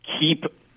keep